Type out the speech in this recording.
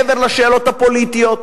מעבר לשאלות הפוליטיות,